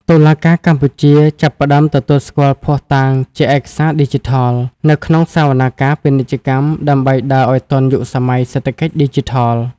តុលាការកម្ពុជាចាប់ផ្ដើមទទួលស្គាល់ភស្តុតាងជា "ឯកសារឌីជីថល" នៅក្នុងសវនាការពាណិជ្ជកម្ម ដើម្បីដើរឱ្យទាន់យុគសម័យសេដ្ឋកិច្ចឌីជីថល។